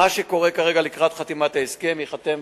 מה שקורה כרגע, לקראת חתימת ההסכם, ייחתם